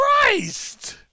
Christ